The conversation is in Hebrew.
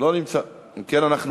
מה דעתכם על כל האנשים האלה,